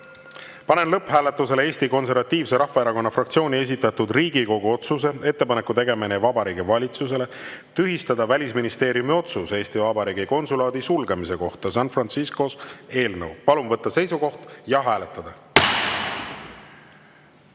panen lõpphääletusele Eesti Konservatiivse Rahvaerakonna fraktsiooni esitatud Riigikogu otsuse "Ettepaneku tegemine Vabariigi Valitsusele tühistada Välisministeeriumi otsus Eesti Vabariigi konsulaadi sulgemise kohta San Franciscos" eelnõu. Palun võtta seisukoht ja hääletada!